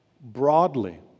broadly